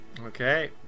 Okay